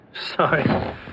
Sorry